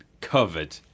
covered